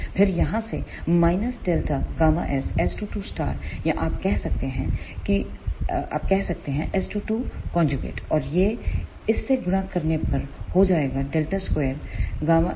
फिर यहाँ से Δ Γs S22स्टार या आप कह सकते हैं S22 और यह इससे गुणा करने पर हो जाएगाΔ 2ΓS2